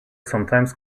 sometimes